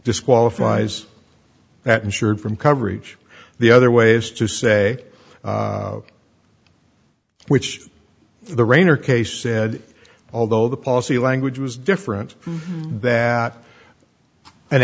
disqualifies that insured from coverage the other way is to say which the rainer case said although the policy language was different that an